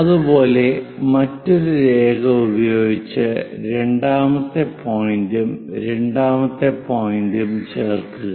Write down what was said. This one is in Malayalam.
അതുപോലെ മറ്റൊരു രേഖ ഉപയോഗിച്ച് രണ്ടാമത്തെ പോയിന്റും രണ്ടാമത്തെ പോയിന്റും ചേർക്കുക